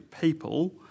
people